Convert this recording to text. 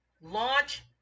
Launch